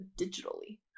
digitally